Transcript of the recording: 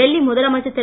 டெல்லி முதலமைச்சர் திரு